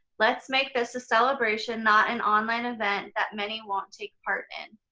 let's make this a celebration not an online event that many won't take part in.